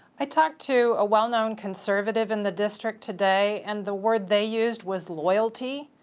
i talked to a well-known conservative in the district today, and the word they used was loyalty.